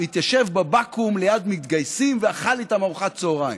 התיישב בבקו"ם ליד מתגייסים ואכל איתם ארוחת צוהריים.